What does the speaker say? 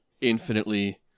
infinitely